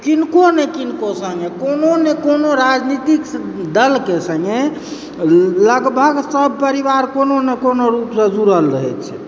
किनको नहि किनको सङ्गे कोनो नहि कोनो राजनीतिक दलके सङ्गे लगभग सभ परिवार कोनो नहि कोनो रूपसँ जुड़ल रहैत छी